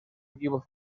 equipo